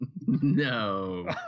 No